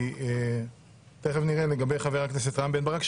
כי תכף נראה לגבי חבר הכנסת רם בן ברק,